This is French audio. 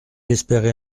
espérait